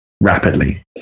Rapidly